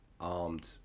armed